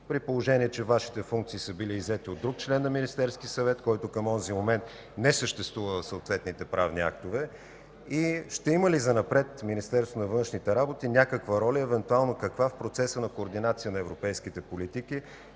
при положение че Вашите функции са били иззети от друг член на Министерския съвет, който към онзи момент не съществува в съответните правни актове? Ще има ли занапред Министерството на външните работи някаква роля и евентуално каква в процеса на координация на европейските политики?